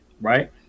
right